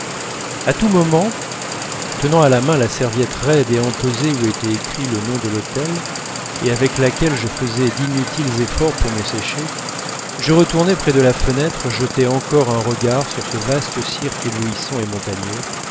à tous moments tenant à la main la serviette raide et empesée où était écrit le nom de l'hôtel et avec laquelle je faisais d'inutiles efforts pour me sécher je retournais près de la fenêtre jeter encore un regard sur ce vaste cirque éblouissant et montagneux